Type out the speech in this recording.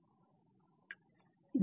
Thank you